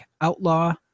outlaw